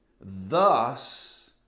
thus